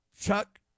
Chuck